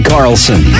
Carlson